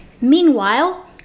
Meanwhile